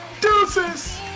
Deuces